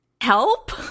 help